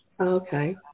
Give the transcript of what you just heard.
Okay